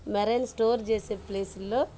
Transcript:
marine store చేసే ప్లేసుల్లో